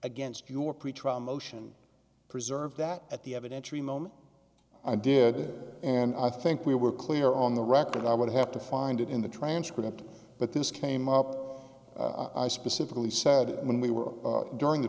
against your pretrial motion preserve that at the evidentiary moment i did and i think we were clear on the record i would have to find it in the transcript but this came up i specifically said when we were during the